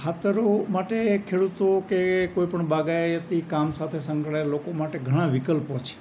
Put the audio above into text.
ખાતરો માટે ખેડૂતો કે કોઈપણ બાગાયતી કામ સાથે સંકળાયેલા લોકો માટે ઘણા વિકલ્પો છે